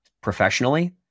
professionally